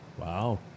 Wow